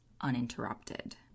uninterrupted